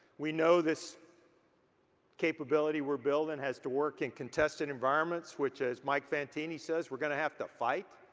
we know this capability we're building has to work in contested environments, which as mike fantini says, we're gonna have to fight,